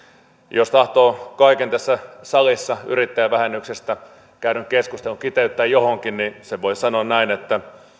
jos tahtoo kaiken tässä salissa yrittäjävähennyksestä käydyn keskustelun kiteyttää johonkin niin sen voi sanoa näin että